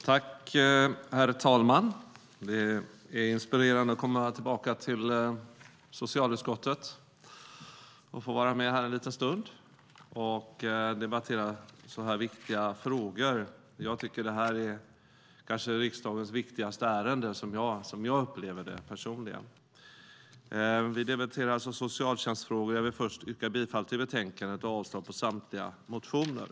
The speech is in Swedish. Herr talman! Det är inspirerande att komma tillbaka till socialutskottet och få vara med här en liten stund när vi debatterar så viktiga frågor. Som jag upplever det personligen är detta är kanske riksdagens viktigaste ärende. Vi debatterar alltså socialtjänstfrågor. Jag vill först yrka bifall till förslaget i betänkandet och avslag på samtliga motioner.